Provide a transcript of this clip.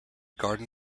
garden